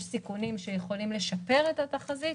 יש סיכונים שיכולים לשפר את התחזית.